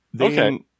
okay